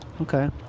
Okay